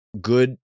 good